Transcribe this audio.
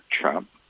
Trump